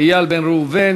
איל בן ראובן.